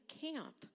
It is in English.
camp